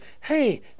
Hey